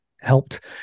helped